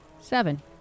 Seven